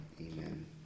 amen